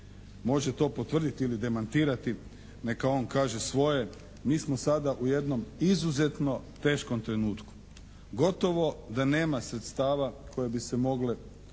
može to potvrditi ili demantirati. Neka on kaže svoje. Mi smo sada u jednom izuzetno teškom trenutku. Gotovo da nema sredstava koje bi se mogle